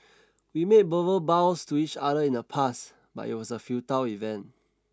we made verbal vows to each other in the past but it was a futile event